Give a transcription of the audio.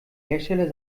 hersteller